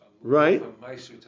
right